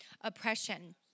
oppression